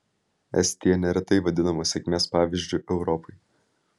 estija neretai vadinama sėkmės pavyzdžiu europai